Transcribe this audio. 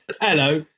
hello